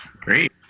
Great